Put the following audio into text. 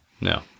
No